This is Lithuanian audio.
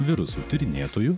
virusų tyrinėtoju